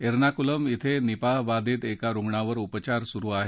एर्नाकुलम क्रे निपाह बाधित एका रुग्णावर उपचार सुरु आहेत